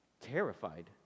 terrified